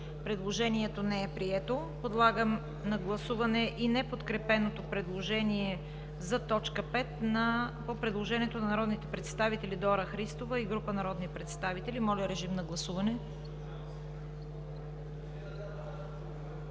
Предложението не е прието. Подлагам на гласуване и неподкрепеното предложение за т. 5 на народните представители Дора Христова и група народни представители. Гласували